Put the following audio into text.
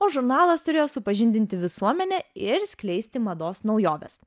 o žurnalas turėjo supažindinti visuomenę ir skleisti mados naujoves